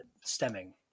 stemming